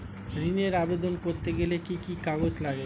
ঋণের আবেদন করতে গেলে কি কি কাগজ লাগে?